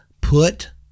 put